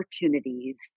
opportunities